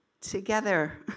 together